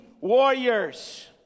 warriors